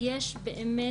יש באמת,